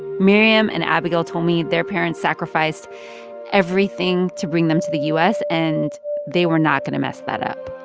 miriam and abigail told me their parents sacrificed everything to bring them to the u s, and they were not going to mess that but up